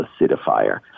acidifier